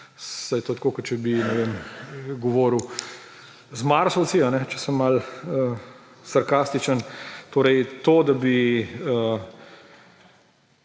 saj to je tako, kot če bi, govoril z marsovci, če sem malo sarkastičen. Torej to, da bi